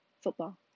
football